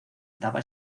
daba